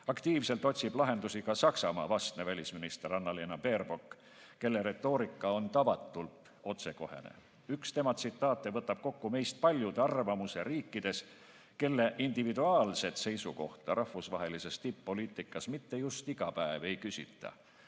Aktiivselt otsib lahendusi ka Saksamaa vastne välisminister Annalena Baerbock, kelle retoorika on tavatult otsekohene. Üks tema tsitaate võtab kokku paljude arvamuse riikides, kelle individuaalset seisukohta rahvusvahelises tipp-poliitikas mitte just iga päev ei küsita.